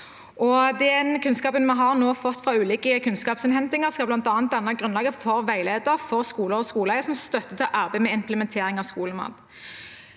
Den kunnskapen vi nå har fått fra ulike kunnskapsinnhentinger, skal bl.a. danne grunnlaget for en veileder for skoler og skoleeiere som en støtte til arbeidet med implementering av skolemat.